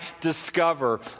discover